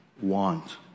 want